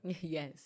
yes